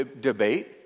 debate